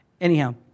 Anyhow